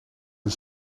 een